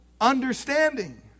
understanding